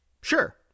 sure